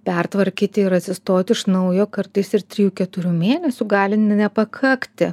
pertvarkyti ir atsistoti iš naujo kartais ir trijų keturių mėnesių gali nepakakti